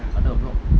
under our block